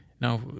Now